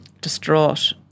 distraught